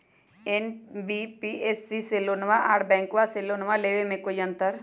NBFC से लोनमा आर बैंकबा से लोनमा ले बे में कोइ अंतर?